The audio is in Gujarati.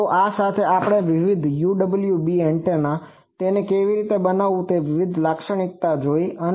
તો આ સાથે આપણે વિવિધ UWB એન્ટેના તેને કેવી રીતે બનાવવું તેની વિવિધ લાક્ષણિકતાઓ જોયી છે